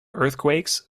earthquakes